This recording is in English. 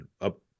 up